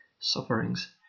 sufferings